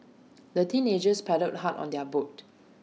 the teenagers paddled hard on their boat